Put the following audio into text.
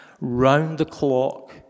round-the-clock